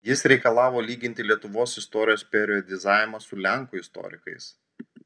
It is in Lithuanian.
jis reikalavo lyginti lietuvos istorijos periodizavimą su lenkų istorikais